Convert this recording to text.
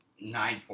Nine